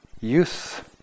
youth